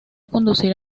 conducir